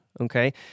Okay